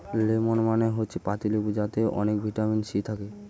lemon মানে হচ্ছে পাতিলেবু যাতে অনেক ভিটামিন সি থাকে